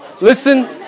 listen